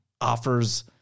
offers